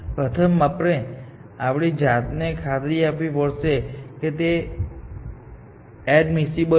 પ્રથમ આપણે આપણી જાતને ખાતરી આપવી પડશે કે તે એડમિસિબલ છે